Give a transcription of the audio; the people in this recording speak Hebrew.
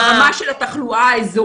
בין לנהל את זה ברמה של התחלואה האזורית,